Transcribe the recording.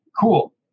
Cool